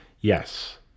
Yes